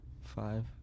Five